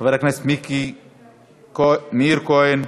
חבר הכנסת מאיר כהן,